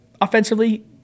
offensively